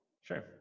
Sure